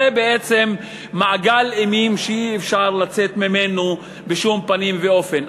זה בעצם מעגל אימים שאי-אפשר לצאת ממנו בשום פנים ואופן.